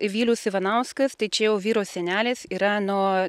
vilius ivanauskas tai čia jau vyro senelis yra nuo